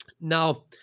Now